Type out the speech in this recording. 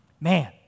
man